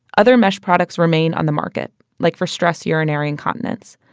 other mesh products remain on the market like for stress urinary incontinence.